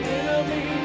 enemy